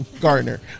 Gardner